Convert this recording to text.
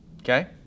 Okay